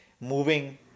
moving